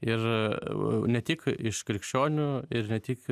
ir ne tik iš krikščionių ir ne tik